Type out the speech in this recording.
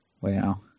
Wow